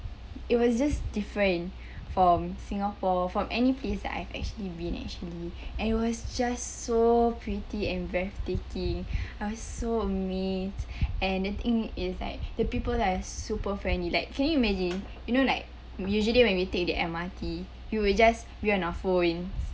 it was just different from singapore from any place that I've actually been at actually and it was just so pretty and breathtaking I was so amazed and the thing is that the people there are super friendly like can you imagine you know like we usually when we take the M_R_T we will just be on our phones